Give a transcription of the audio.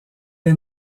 est